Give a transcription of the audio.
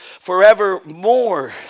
forevermore